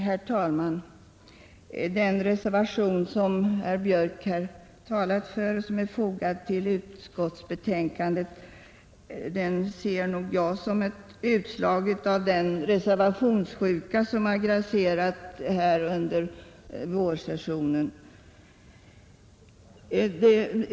Herr talman! Den reservation som herr Björck här talat för och som är fogad till utskottsbetänkandet ser jag nog såsom ett utslag av den reservationssjuka som har grasserat här under vårsessionen.